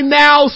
now